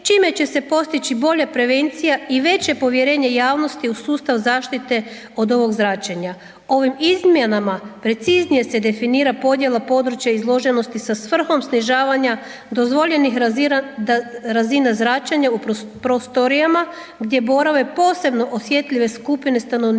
čime će se postići bolja prevencija i veće povjerenje javnosti u sustav zaštite od ovog zračenja. Ovim izmjenama preciznije se definira podjela područja izloženosti sa svrhom snižavanja dozvoljenih razina zračenja u prostorijama gdje borave posebno osjetljive skupine stanovništva,